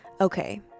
Okay